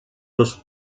los